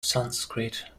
sanskrit